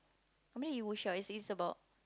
I mean you would share what it's about